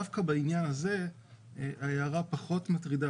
דווקא בעניין הזה ההערה פחות מטרידה